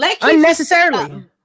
Unnecessarily